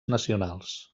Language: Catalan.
nacionals